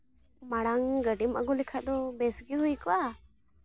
ᱢᱟᱲᱟᱝ ᱜᱟᱹᱰᱤᱢ ᱟᱹᱜᱩ ᱞᱮᱠᱷᱟᱡ ᱫᱚ ᱵᱮᱥ ᱜᱮ ᱦᱩᱭ ᱠᱚᱜᱼᱟ